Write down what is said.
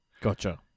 Gotcha